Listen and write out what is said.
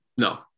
No